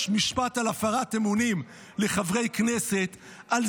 אין ההצעה להעביר לוועדה את הצעת חוק לתיקון פקודת מס הכנסה (פטור